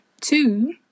Two